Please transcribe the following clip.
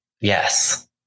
Yes